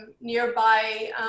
nearby